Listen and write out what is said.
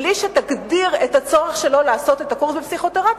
בלי שתגדיר את הצורך שלו לעשות את הקורס בפסיכותרפיה,